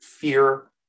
fear